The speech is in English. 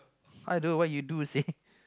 !aiyo! what you do seh